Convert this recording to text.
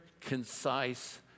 concise